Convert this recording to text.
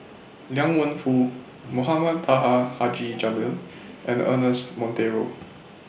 Liang Wenfu Mohamed Taha Haji Jamil and Ernest Monteiro